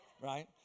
right